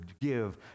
give